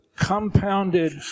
compounded